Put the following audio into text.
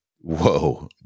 whoa